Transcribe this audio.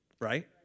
Right